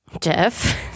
Jeff